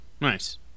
nice